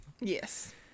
Yes